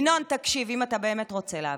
ינון, תקשיב, אם אתה באמת רוצה להבין.